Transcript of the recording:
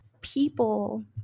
people